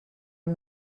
amb